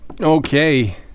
okay